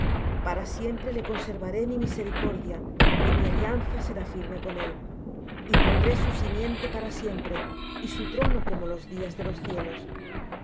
para siempre le conservaré mi misericordia y mi alianza será firme con él y pondré su simiente para siempre y su trono como los días de los cielos